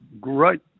great